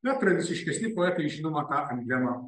na tradiciškesni poetai žinoma tą emblemą